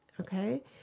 Okay